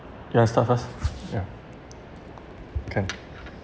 ya you start first ya okay